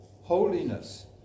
holiness